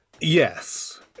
Yes